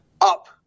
up